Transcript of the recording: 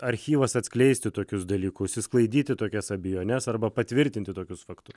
archyvas atskleisti tokius dalykus išsklaidyti tokias abejones arba patvirtinti tokius faktus